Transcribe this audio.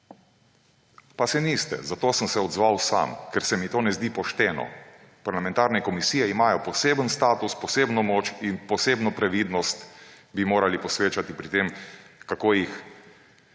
pa se niste. Zato sem se odzval sam, ker se mi to ne zdi pošteno. Parlamentarne komisije imajo poseben status, posebno moč in posebno previdnost bi morali posvečati pri tem, kako jih